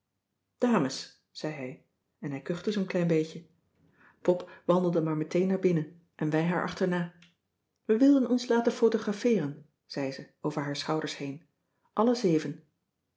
dames zei hij en hij kuchte zoo'n klein beetje pop cissy van marxveldt de h b s tijd van joop ter heul wandelde maar meteen naar binnen en wij haar achterna we wilden ons laten photografeeren zei ze over haar schouders heen alle zeven